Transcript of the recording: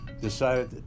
decided